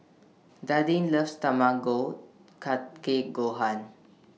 Dallin loves Tamago Kake Gohan